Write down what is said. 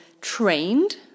trained